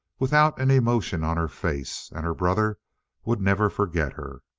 without an emotion on her face. and her brother would never forget her.